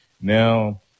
Now –